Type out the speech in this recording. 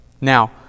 Now